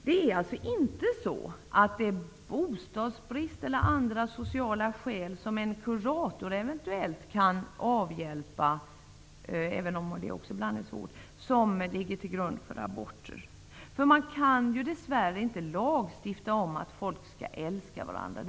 Det är inte bostadsbrist eller andra sociala skäl som en kurator eventuellt kan avhjälpa, även om det också ibland är svårt, som ligger till grund för abort. Man kan ju dess värre inte lagstifta om att folk skall älska varandra.